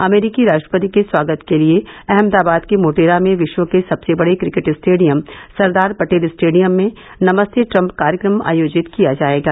अमरीकी राष्ट्रपति के स्वागत के लिये अहमदाबाद के मोटेरा में विश्व के सबसे बडे cricket stadium Sardar Patel stadium में नमस्ते ट्रम्प कार्यक्रम आयोजित किया जाएगा